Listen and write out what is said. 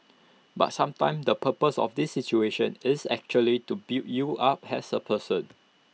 but sometimes the purpose of these situations is actually to build you up as A person